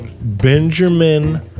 Benjamin